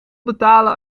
betalen